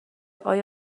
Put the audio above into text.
آیا